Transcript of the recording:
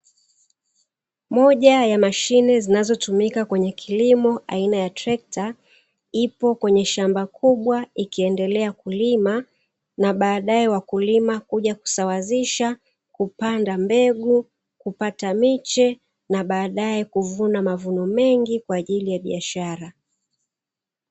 Moja ya mashine zinazotumika kwenye kilimo aina ya trekta ipo kwenye shamba kubwa ikiendelea kulima na baadae wakulima kuja kusawazisha, kupanda mbegu, kupata miche na baadae kuvuna mavuno mengi kwa ajili ya biashara.